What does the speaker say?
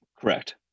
Correct